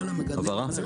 הבהרה?